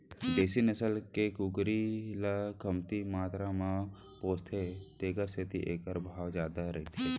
देसी नसल के कुकरी ल कमती मातरा म पोसथें तेकर सेती एकर भाव जादा रथे